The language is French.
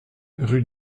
rue